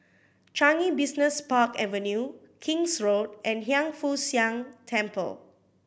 Changi Business Park Avenue King's Road and Hiang Foo Siang Temple